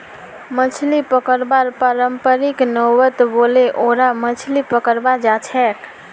मछली पकड़वार पारंपरिक नावत बोठे ओरा मछली पकड़वा जाछेक